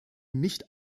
nicht